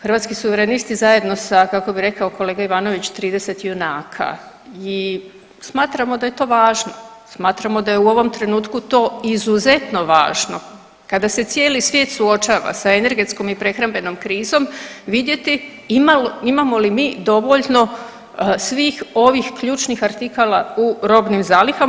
Hrvatski suverenisti zajedno sa kako bi rekao kolega Ivanović 30 junaka i smatramo da je to važno, smatramo da je u ovom trenutku to izuzetno važno kada se cijeli svijet suočava sa energetskom krizom vidjeti imamo li mi dovoljno svih ovih ključnih artikala u robnim zalihama.